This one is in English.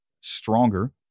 stronger